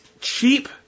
cheap